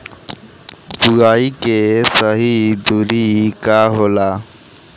बुआई के सही दूरी का होला?